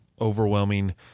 overwhelming